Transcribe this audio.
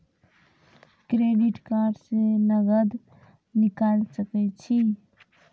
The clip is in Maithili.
क्रेडिट कार्ड से नगद निकाल सके छी?